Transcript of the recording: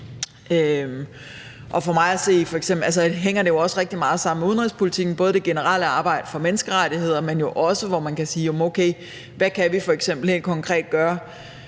rigtig meget sammen med udenrigspolitikken, både det generelle arbejde for menneskerettigheder, men jo også, hvor man kan sige: Jamen, okay, hvad